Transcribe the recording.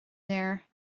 léir